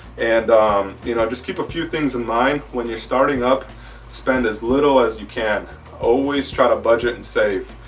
and you know just keep a few things in mind when you're starting up spend as little as you can always try to budget and save.